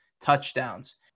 touchdowns